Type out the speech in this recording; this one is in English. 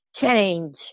change